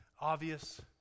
obvious